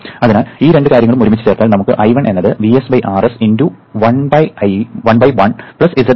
അതിനാൽ ഈ രണ്ട് കാര്യങ്ങളും ഒരുമിച്ച് ചേർത്താൽ നമുക്ക് I1 എന്നത് Vs Rs × 1 1 z11 Rs ആയി ലഭിക്കും